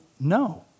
No